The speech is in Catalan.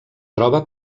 troba